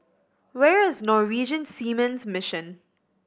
where is Norwegian Seamen's Mission